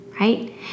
right